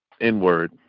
inward